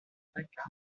resaca